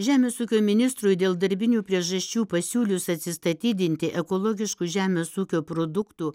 žemės ūkio ministrui dėl darbinių priežasčių pasiūlius atsistatydinti ekologiškų žemės ūkio produktų